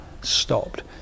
stopped